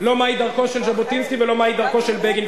לא מהי דרכו של ז'בוטינסקי ולא מהי דרכו של בגין,